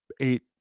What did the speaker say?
eight